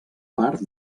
part